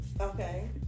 Okay